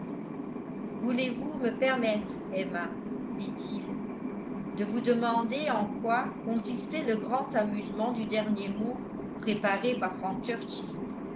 voulez-vous me permettre emma dit-il de vous demander en quoi consistait le grand amusement du dernier mot préparé par frank